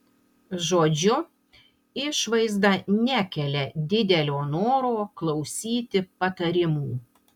žodžiu išvaizda nekelia didelio noro klausyti patarimų